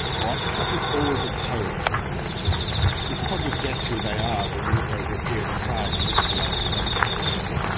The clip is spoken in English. ah i suspect there's always a tail of ministers, and you can probably guess who they are when you look over a period of time and look at the ones who never get promoted.